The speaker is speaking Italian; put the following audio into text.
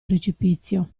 precipizio